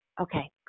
okay